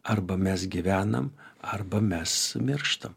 arba mes gyvenam arba mes mirštam